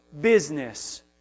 business